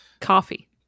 Coffee